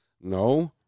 no